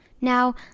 Now